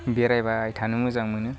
बेरायबाय थानो मोजां मोनो